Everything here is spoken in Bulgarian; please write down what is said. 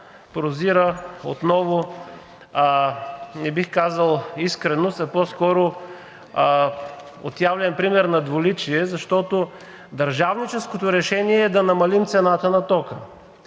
прозира отново – не бих казал искреност, а по-скоро отявлен пример на двуличие, защото държавническото решение е да намалим цената на тока.